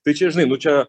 tai čia žinai nu čia